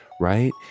right